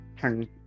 Turn